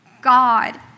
God